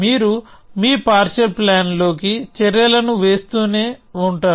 మీరు మీ partial plan లోకి చర్యలను వేస్తూనే ఉంటారు